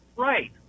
Right